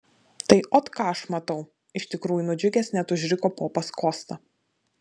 tai ot ką aš matau iš tikrųjų nudžiugęs net užriko popas kosta